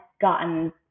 gotten